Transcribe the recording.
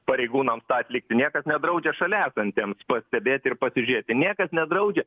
pareigūnams tą atlikti niekas nedraudžia šalia esantiems pastebėti ir pasižiūrėti niekas nedraudžia